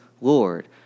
Lord